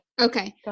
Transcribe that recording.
Okay